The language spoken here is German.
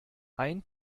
ein